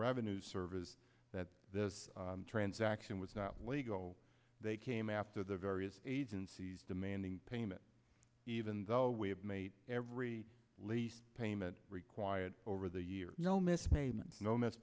revenue service that this transaction was not legal they came after the various agencies demanding payment even though we have made every lease payment required over the years no misstatements no m